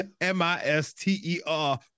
M-I-S-T-E-R